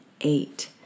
eight